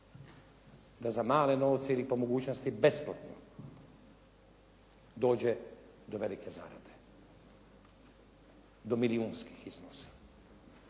da za male novce ili po mogućnosti besplatno dođe do velike zarade, do milijunskih iznosa.